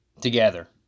together